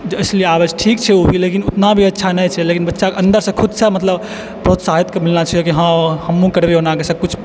इसलिए ठीक छै ओ भी लेकिन इतना अच्छा नहि छै लेकिन बच्चाके अन्दर सऽ खुद सऽ मतलब प्रोत्साहित कऽ मिलना चाही कि हँ हमहूँ करबै एना कऽ सब किछु